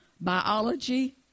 Biology